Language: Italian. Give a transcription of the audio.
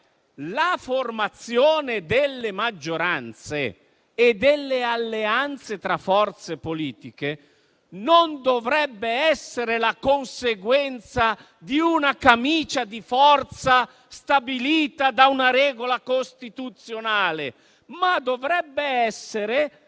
La formazione delle maggioranze e delle alleanze tra forze politiche non dovrebbe essere la conseguenza di una camicia di forza stabilita da una regola costituzionale, ma dovrebbe essere